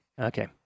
Okay